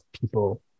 people